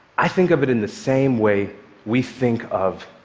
i think of it in the same way we think of